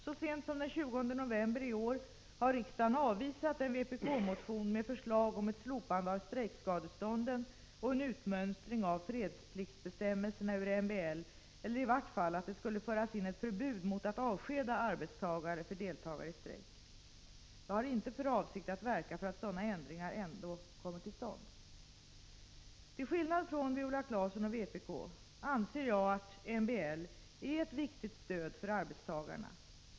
Så sent som den 20 november i år har riksdagen avvisat en vpk-motion med förslag om ett slopande av strejkskadestånden och en utmönstring av fredspliktsbestämmelserna ur MBL eller i vart fall att det skall föras in ett förbud mot att avskeda arbetstagare för deltagande i strejk. Jag har inte för avsikt att verka för att sådana ändringar ändå kommer till stånd. Till skillnad från Viola Claesson och vpk anser jag att MBL är ett viktigt stöd för arbetstagarna.